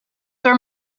were